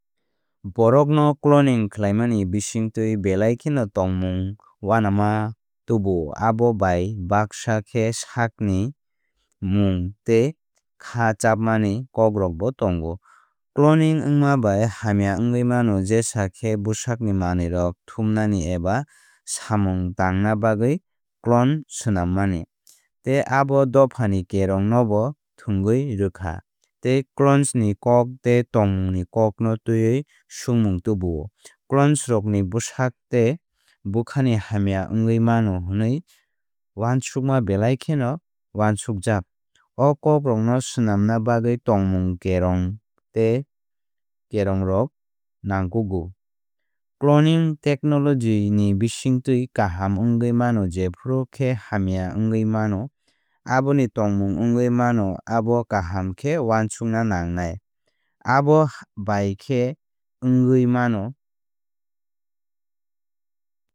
Borokno cloning khlaimani bisingtwi belai kheno tongmung uanama tubuo. Abo bai baksa khe sakni mung tei khá chapmani kokrokbo tongo. Cloning wngma bai hamya wngwi mano jesa khe bwsakni manwirok thumnani eba samung tangna bagwi clone swnammani. Tei abo dopha ni kerong nobo thwngwi rwkha tei clones ni hok tei tongmung ni kok no twiwi swngmung tubuo. Clones rokni bwsak tei bwkhani hamya wngwi mano hwnwi uansukma belai kheno uansukjak. O kokrokno swnamna bagwi tongmung kerong tei kerongrok nangkukgo. Cloning technology ni bisingtwi kaham wngwi mano jephru khe hamya hamya wngwi mano aboni tongmung wngwi mano abo kaham khe uansukna nangnai abo bai khe wngwi mano.